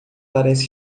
parece